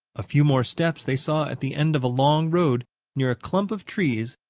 a few more steps, they saw, at the end of a long road near a clump of trees,